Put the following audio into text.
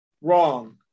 wrong